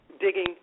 digging